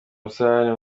musarani